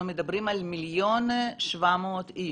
אנחנו מדברים 1,700,000 איש,